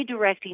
redirecting